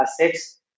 assets